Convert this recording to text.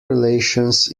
relations